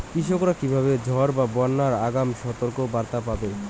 কৃষকেরা কীভাবে ঝড় বা বন্যার আগাম সতর্ক বার্তা পাবে?